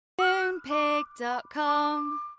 Moonpig.com